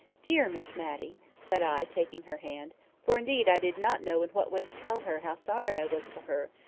dear miss matty, said i, taking her hand for indeed i did not know in what way to tell her how sorry i was for her,